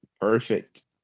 perfect